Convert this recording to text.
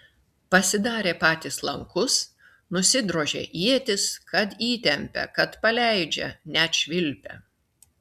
pasidarė patys lankus nusidrožė ietis kad įtempia kad paleidžia net švilpia